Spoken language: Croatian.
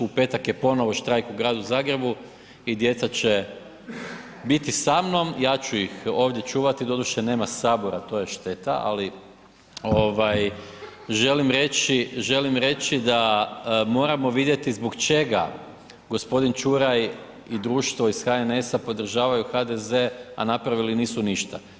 U petak je ponovo štrajk u gradu Zagrebu i djeca ih biti sa mnom ja ću ih ovdje čuvati doduše nema sabora to je šteta, ali ovaj želim reći, želim reći da moramo vidjeti zbog čega gospodin Čuraj i društvo iz HNS-a podržavaju HDZ, a napravili nisu ništa.